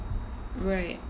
right